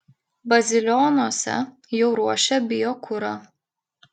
bazilionuose jau ruošia biokurą